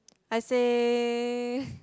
I say